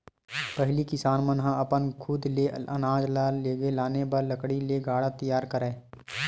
पहिली किसान मन ह अपन खुद ले अनाज ल लेगे लाने बर लकड़ी ले गाड़ा तियार करय